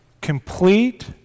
complete